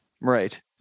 Right